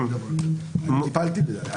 אני טיפלתי בזה.